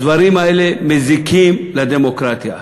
הדברים האלה מזיקים לדמוקרטיה,